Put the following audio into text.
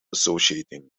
associating